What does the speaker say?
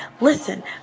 Listen